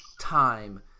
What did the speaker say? time